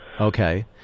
okay